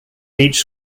beach